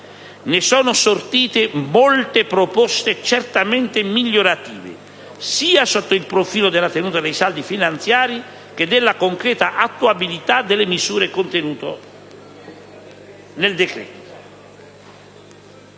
Ne sono sortite molte proposte certamente migliorative, sia sotto il profilo della tenuta dei saldi finanziari che della concreta attuabilità delle misure contenute nel decreto-legge